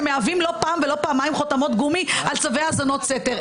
שמהווים לא פעם ולא פעמיים חותמות גומי על צווי האזנות סתר?